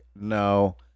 No